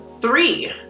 three